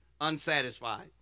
unsatisfied